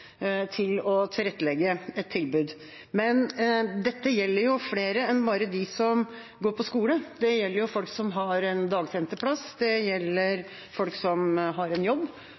til å tilrettelegge et tilbud. Men dette gjelder jo flere enn bare dem som går på skole. Det gjelder folk som har en dagsenterplass, og det gjelder folk som har en jobb,